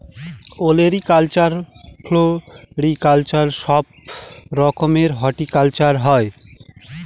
olericulture, floriculture সব রকমের horticulture হয়